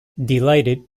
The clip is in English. delighted